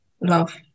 love